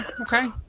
Okay